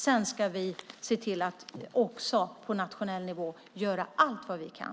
Sedan ska vi se till att också på nationell nivå göra allt vad vi kan.